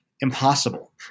impossible